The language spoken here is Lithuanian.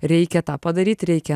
reikia tą padaryt reikia